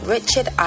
Richard